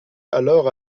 alors